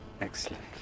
Excellent